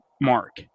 mark